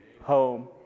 home